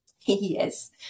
Yes